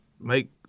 make